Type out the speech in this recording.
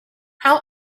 how